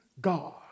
God